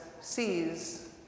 sees